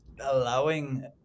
allowing